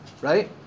right